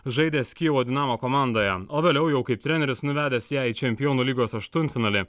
žaidęs kijevo dinamo komandoje o vėliau jau kaip treneris nuvedęs ją į čempionų lygos aštuntfinalį